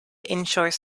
inshore